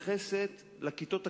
שמתייחסת לכיתות הנמוכות,